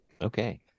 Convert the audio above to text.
Okay